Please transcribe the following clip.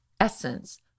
essence